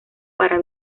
para